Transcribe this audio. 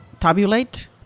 Tabulate